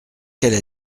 qu’elle